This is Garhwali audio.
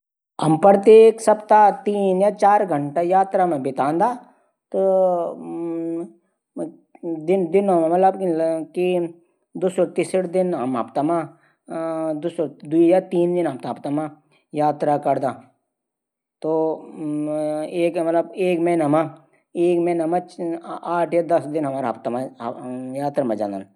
हमरू देश मा लगभग तेरह सो पक्षी से अधिक छन अलग अलग। यह प्रजातियां छन।